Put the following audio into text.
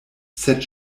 sed